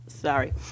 sorry